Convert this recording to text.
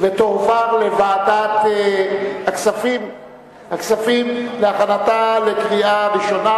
ותועבר לוועדת הכספים להכנתה לקריאה ראשונה.